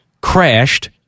crashed